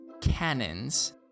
cannons